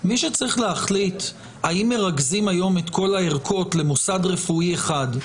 מי שצריך להחליט האם מרכזים היום את כל הערכות למוסד רפואי אחד,